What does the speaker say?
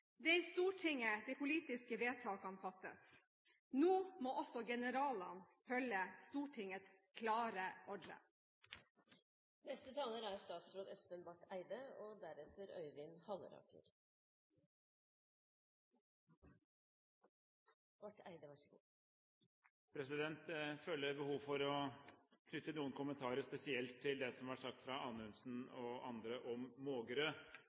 Det er i Stortinget de politiske vedtakene fattes. Nå må også generalene følge Stortingets klare ordre. Jeg føler behov for å knytte noen kommentarer spesielt til det som har vært sagt fra Anundsen og andre om